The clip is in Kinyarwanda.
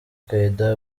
qaeda